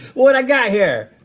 what i got here?